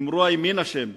יאמרו: הימין אשם,